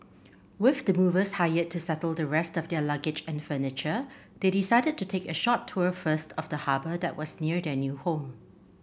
with the movers hired to settle the rest of their luggage and furniture they decided to take a short tour first of the harbour that was near their new home